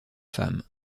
femme